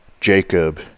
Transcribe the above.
jacob